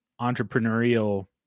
entrepreneurial